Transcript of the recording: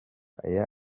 aya